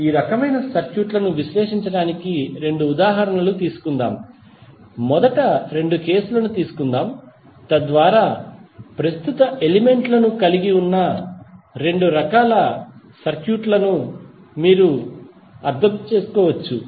ఇప్పుడు ఈ రకమైన సర్క్యూట్లను విశ్లేషించడానికి రెండు ఉదాహరణలు తీసుకుందాం మొదట రెండు కేసులను తీసుకుందాం తద్వారా ప్రస్తుత ఎలిమెంట్లను కలిగి ఉన్న రెండు రకాల సర్క్యూట్ లను మీరు అర్థం చేసుకోవచ్చు